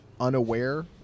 unaware